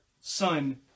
Son